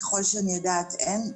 ככל שאני יודעת, אין.